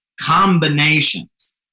combinations